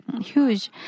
huge